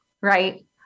Right